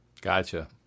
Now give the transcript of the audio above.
Gotcha